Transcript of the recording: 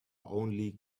only